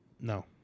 No